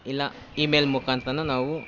ಇಲ್ಲ ಇಮೇಲ್ ಮುಖಾಂತ್ರ ನಾವು